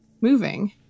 moving